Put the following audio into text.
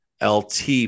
LT